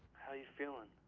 how you feeling?